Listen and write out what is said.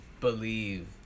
believe